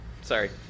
Sorry